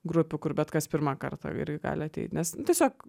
grupių kur bet kas pirmą kartą irgi gali ateit nes nu tiesiog